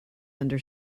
under